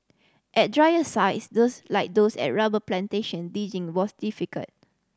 at drier sites those like those at rubber plantation digging was difficult